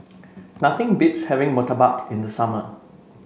nothing beats having Murtabak in the summer